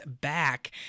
Back